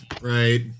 right